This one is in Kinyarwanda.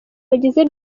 bagize